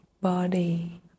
body